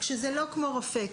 רק שזה לא כמו רופא.